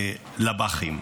לב"חים,